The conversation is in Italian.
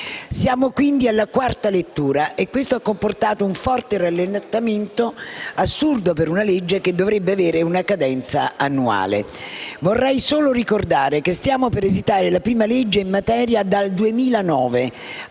Siamo, quindi, alla quarta lettura e questo ha comportato un forte rallentamento, assurdo per una legge che dovrebbe avere una cadenza annuale. Vorrei solo ricordare che stiamo per esitare la prima legge in materia dal 2009,